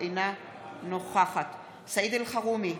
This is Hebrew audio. אינה נוכחת סעיד אלחרומי,